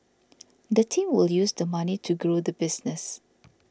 the team will use the money to grow the business